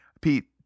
Pete